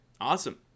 awesome